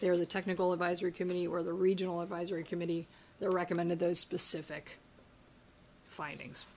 there the technical advisor committee or the regional advisory committee there recommended those specific findings